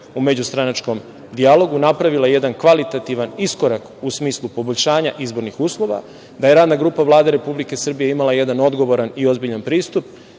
u međustranačkom dijalogu napravila jedan kvalitativan iskorak u smislu poboljšanja izbornih uslova, da je radna grupa Vlade Republike Srbije imala jedan odgovoran i ozbiljan pristup,